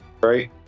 right